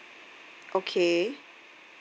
okay